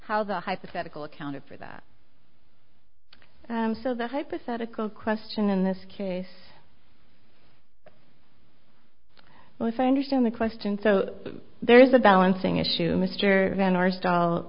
how the hypothetical accounted for that so the hypothetical question in this case well if i understand the question so there is a balancing issue mr van